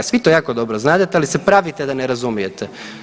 Svi to jako dobro znadete, ali se pravite da ne razumijete.